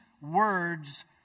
words